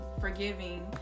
forgiving